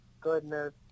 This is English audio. goodness